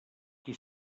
qui